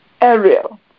Ariel